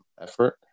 effort